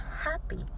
happy